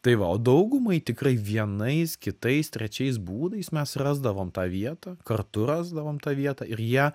tai va o daugumai tikrai vienais kitais trečiais būdais mes rasdavom tą vietą kartu rasdavom tą vietą ir jie